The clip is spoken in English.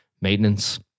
Maintenance